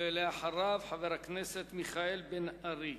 אחריו, חבר הכנסת מיכאל בן-ארי.